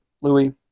louis